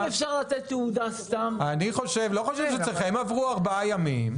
הם עברו ארבעה ימים.